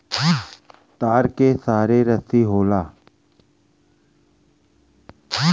तार के तरे रस्सी होला